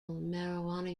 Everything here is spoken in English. marijuana